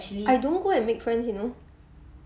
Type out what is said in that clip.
I don't go and make friends you know